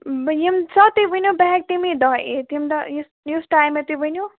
بہٕ ییٚمہِ ساتہٕ تُہۍ ؤنِو بہٕ ہٮ۪کہٕ تَمے دۄہ یِتھ ییٚمہِ دۄہ یُس ٹایِم مےٚ تُہۍ ؤنِو